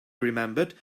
remembered